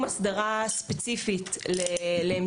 אף אחד לא דחף את המשטרה לזה אלא היא עצמה הבינה את הצורך בזה,